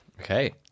Okay